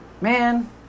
Man